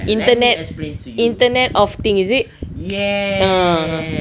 internet internet of things is it ah